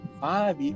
five